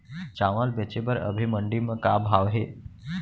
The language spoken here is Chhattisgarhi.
चांवल बेचे बर अभी मंडी म का भाव हे?